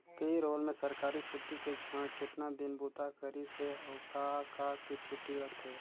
पे role में सरकारी छुट्टी के छोएड़ केतना दिन बूता करिस हे, अउ का का के छुट्टी रथे